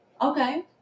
Okay